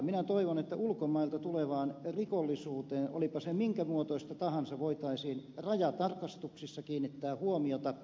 minä toivon että ulkomailta tulevaan rikollisuuteen olipa se minkä muotoista tahansa voitaisiin rajatarkastuksissa kiinnittää huomiota